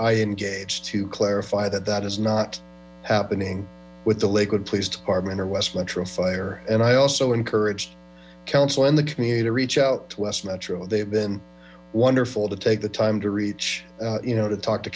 i engage to clarify that that is not happening with the lakewood police department in west metro fire and i also encouraged council and the community to reach out to west metro they've been wonderful to take the time to reach you know to talk to